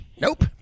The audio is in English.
Nope